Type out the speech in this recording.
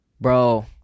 bro